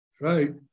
Right